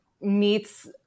meets